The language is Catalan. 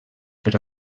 per